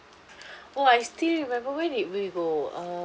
oh I still remember where did we go uh